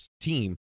team